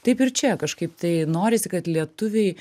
taip ir čia kažkaip tai norisi kad lietuviai